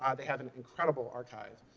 ah they have an incredible archive.